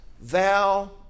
thou